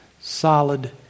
solid